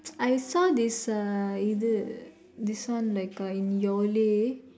I saw this uh இது:ithu this one like uh in Yole